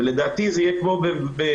ולדעתי זה יהיה כמו בלניאדו,